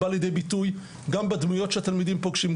בא לידי ביטוי גם בדמויות שהתלמידים פוגשים,